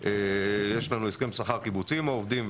יש לנו הסכם שכר קיבוצי עם העובדים,